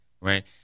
Right